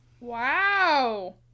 Wow